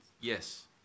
Yes